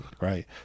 Right